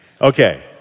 Okay